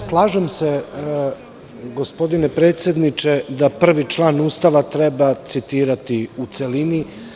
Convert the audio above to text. Slažem se gospodine predsedniče, da prvi član Ustava treba citirati u celini.